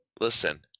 Listen